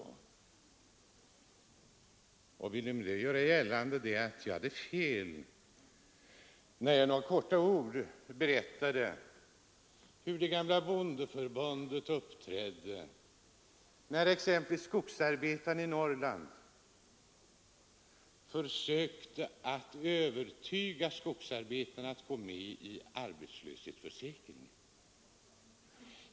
Men lika fullt ville han göra gällande att jag hade fel, när jag helt kort berättade hur det gamla bondeförbundet uppträdde då exempelvis arbetarna i Norrland försökte övertala skogsarbetarna att gå med i arbetslöshetsförsäkringen.